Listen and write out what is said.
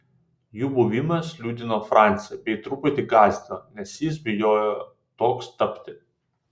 jų buvimas liūdino francį bei truputį gąsdino nes jis bijojo toks tapti